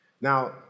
Now